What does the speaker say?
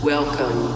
Welcome